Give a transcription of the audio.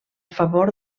favor